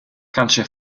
kanske